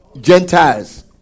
Gentiles